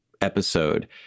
episode